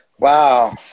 Wow